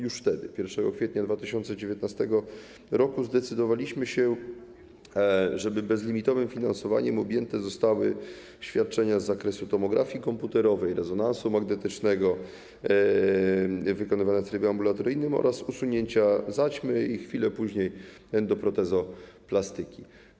Już wtedy, 1 kwietnia 2019 r. zdecydowaliśmy się, żeby bezlimitowym finansowaniem objęte zostały świadczenia z zakresu tomografii komputerowej, rezonansu magnetycznego wykonywane w trybie ambulatoryjnym oraz usunięcia zaćmy i chwilę później endoprotezoplastyki.